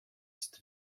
ist